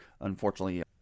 Unfortunately